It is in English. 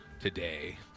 Today